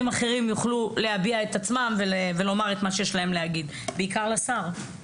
אחרים יוכלו להביא את עצמם ולומר את מה שיש להם להגיד וגם בעיקר השר.